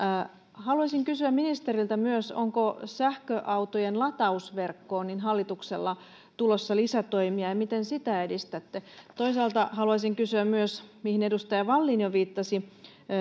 haluaisin kysyä ministeriltä myös onko sähköautojen latausverkkoon hallituksella tulossa lisätoimia ja miten sitä edistätte toisaalta haluaisin kysyä myös biokaasuautoilun latausverkosta johon edustaja wallin jo viittasi